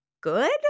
good